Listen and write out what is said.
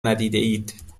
ندیدهاید